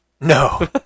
No